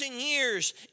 years